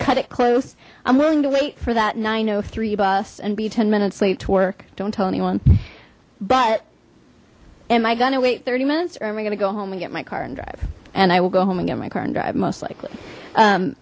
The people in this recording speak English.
cut it close i'm willing to wait for that nine hundred and three bus and be ten minutes late to work don't tell anyone but am i gonna wait thirty minutes or am i gonna go home and get my car and drive and i will go home and get my car and drive most likely